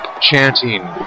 chanting